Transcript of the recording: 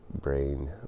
Brain